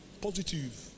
Positive